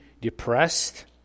depressed